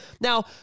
now